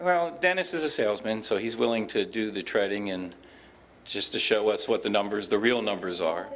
well dennis is a salesman so he's willing to do the trading in just to show us what the numbers the real numbers are